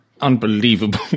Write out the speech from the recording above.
unbelievable